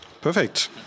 Perfect